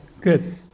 Good